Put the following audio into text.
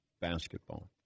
basketball